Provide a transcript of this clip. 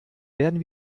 werden